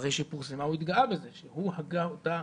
- אחרי שפורסמה הוא התגאה בזה שהוא הגה אותה